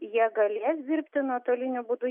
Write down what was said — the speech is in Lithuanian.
jie galės dirbti nuotoliniu būdu